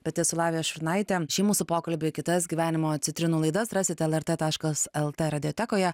pati esu lavija šurnaitė šį mūsų pokalbį ir kitas gyvenimo citrinų laidas rasite lrt taškas lt radiotekoje